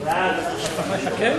חוק הגנת הצרכן